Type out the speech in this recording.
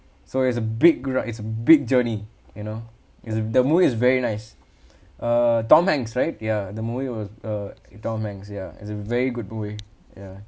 so it' a big grew up it's a big journey you know it's the movie is very nice uh tom hanks right ya the movie was uh tom hanks ya it's a very good movie ya